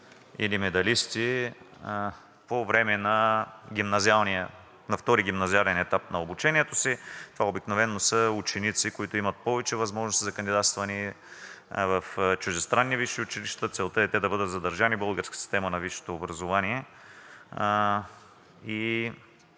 или медалисти по време на втори гимназиален етап на обучението си. Това обикновено са ученици, които имат повече възможности за кандидатстване в чуждестранни висши училища. Целта е те да бъдат задържани в българската система на висшето образование